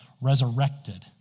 resurrected